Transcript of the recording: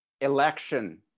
election